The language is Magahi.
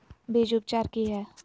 बीज उपचार कि हैय?